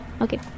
Okay